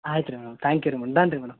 ಆಯ್ತು ರೀ madam thank you ರೀ ಮೇಡಮ್ ಡನ್ ರೀ ಮೇಡಮ್